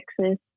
Texas